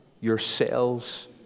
yourselves